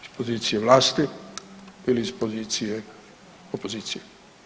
Iz pozicije vlasti ili iz pozicije opozicije.